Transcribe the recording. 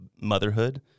motherhood